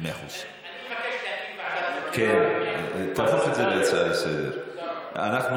אני מבקש להקים ועדת חקירה, אדוני.